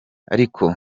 ariko